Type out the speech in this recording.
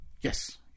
Yes